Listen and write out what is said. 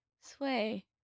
sway